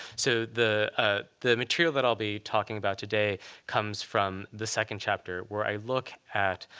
so the ah the material that i'll be talking about today comes from the second chapter, where i look at